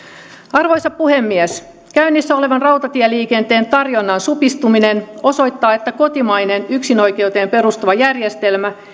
arvoisa puhemies käynnissä oleva rautatieliikenteen tarjonnan supistuminen osoittaa että kotimainen yksinoikeuteen perustuva järjestelmä